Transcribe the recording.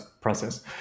process